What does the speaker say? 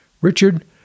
Richard